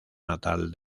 natal